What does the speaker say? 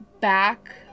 back